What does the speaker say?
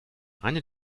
eine